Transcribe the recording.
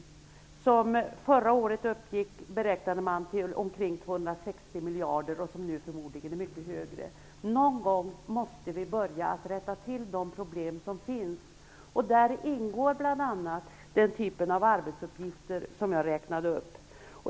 miljarder förra året, och den är förmodligen mycket högre nu. Någon gång måste vi börja rätta till de problem som finns. Då ingår bl.a. den typ av arbetsuppgifter som jag räknade upp.